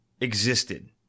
existed